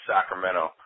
Sacramento